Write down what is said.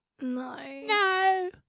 No